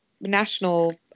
national